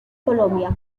colombia